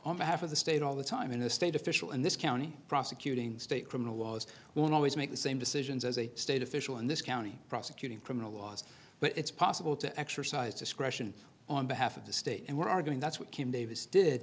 on behalf of the state all the time in a state official in this county prosecuting state criminal laws will always make the same decisions as a state official in this county prosecuting criminal laws but it's possible to exercise discretion on behalf of the state and we're arguing that's what kim davis did